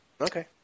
Okay